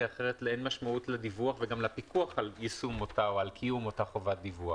אחרת אין משמעות לדיווח וגם לפיקוח על קיום אותה חובת דיווח.